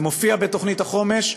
זה מופיע בתוכנית החומש.